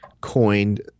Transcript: coined